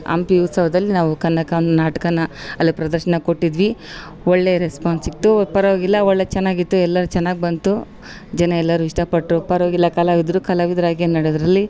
ಹಂಪಿ ಉತ್ಸವದಲ್ಲಿ ನಾವು ಕನಕ ನಾಟಕನ ಅಲ್ಲಿ ಪ್ರದರ್ಶನ ಕೊಟ್ಟಿದ್ವಿ ಒಳ್ಳೇ ರೆಸ್ಪೋನ್ಸ್ ಸಿಕ್ತು ಪರವಾಗಿಲ್ಲ ಒಳ್ಳೇ ಚೆನ್ನಾಗಿತ್ತು ಎಲ್ಲರೂ ಚೆನ್ನಾಗ್ ಬಂತು ಜನಯೆಲ್ಲರೂ ಇಷ್ಟ ಪಟ್ಟರು ಪರವಾಗಿಲ್ಲ ಕಲಾವಿದರು ಕಲಾವಿದರಾಗಿ ನಡೆದ್ರಲ್ಲಿ